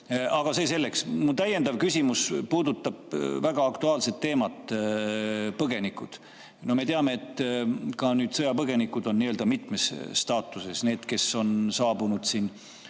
Aga see selleks. Mu täiendav küsimus puudutab väga aktuaalset teemat: põgenikud. No me teame, et ka sõjapõgenikud on mitmes staatuses: need, kes on saabunud enne